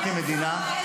אנחנו כמדינה --- יד שרה,